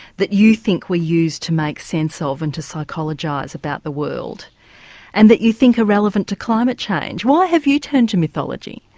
that you think were used to make sense of and to psychologise about the world and that you think are relevant to climate change. why have you turned to mythology?